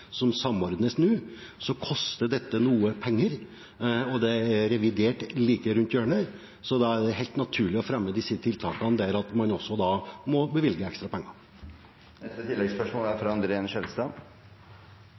som samordnes nå, koster noen penger. Revidert er like rundt hjørnet, og det er helt naturlig å fremme disse tiltakene der, da man også må bevilge ekstra